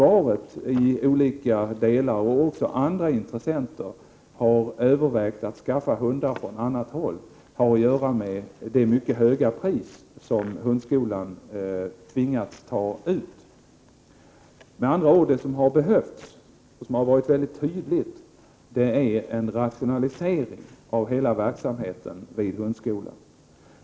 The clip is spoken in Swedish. Att olika delar av försvaret och andra intressenter har övervägt att skaffa hundar på annat håll har att göra med det mycket höga pris som hundskolan tvingas ta ut. Med andra ord framgår det mycket tydligt att det behövs rationaliseringar av hela verksamheten vid hundskolan.